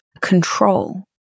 control